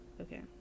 Okay